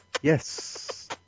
Yes